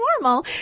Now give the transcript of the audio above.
normal